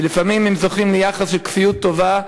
שלפעמים הם זוכים ליחס של כפיות טובה,